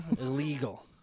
Illegal